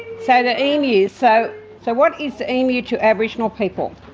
so the emu, so so what is the emu to aboriginal people?